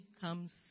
comes